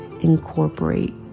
incorporate